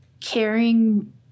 caring